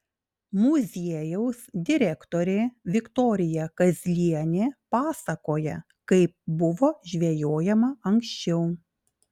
muziejaus direktorė viktorija kazlienė pasakoja kaip buvo žvejojama anksčiau